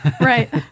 Right